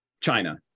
China